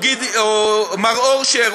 או מר אורשר,